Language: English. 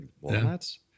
walnuts